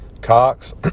Cox